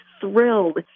thrilled